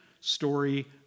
story